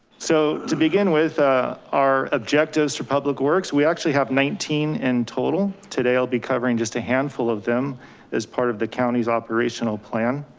so to begin with ah our objectives for public works, we actually have nineteen in total. today i'll be covering just a handful of them as part of the county's operational plan.